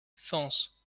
sens